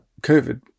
COVID